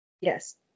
Yes